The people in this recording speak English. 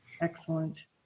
Excellent